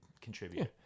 contribute